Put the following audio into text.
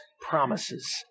promises